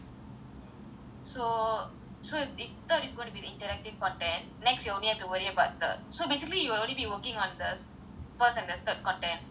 so so it it is going to be interactivve content next you only have to worry about the so basiclly you will only be working on the first and the third content first and the third